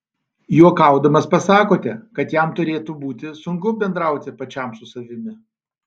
juokaudamas pasakote kad jam turėtų būti sunku bendrauti pačiam su savimi